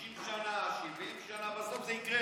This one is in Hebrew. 50 שנה, 70 שנה, בסוף זה יקרה,